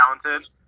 talented